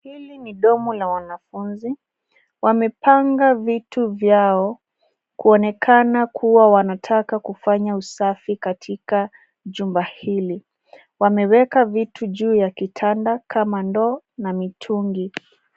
Hili ni domu la wanafunzi. Wamepanga vitu vyao kuonekana wanataka kufanya usafi katika jumba hili. Wameweka vitu juu ya vitanda kama ndoo na mitungi.